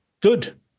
Good